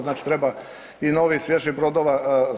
Znači treba i novih, svježih brodova.